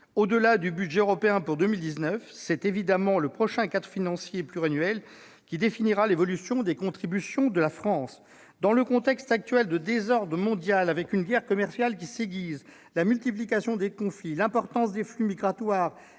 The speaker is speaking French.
Au-delà du budget européen pour 2019, c'est évidemment le prochain cadre financier pluriannuel qui définira l'évolution de la contribution de la France. Dans le contexte actuel de désordre mondial, marqué par une guerre commerciale qui s'aiguise, la multiplication des conflits, l'importance des flux migratoires